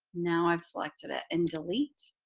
now i've selected it and delete.